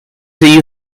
you